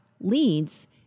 leads